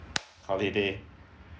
holiday